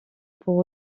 pour